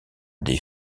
des